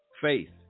faith